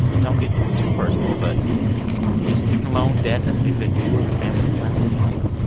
don't get too personal, but is student loan debt a thing that you or your family and friends are dealing with?